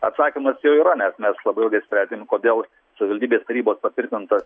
atsakymas jau yra nes mes labai ilgai sprendėm kodėl savivaldybės tarybos patvirtintas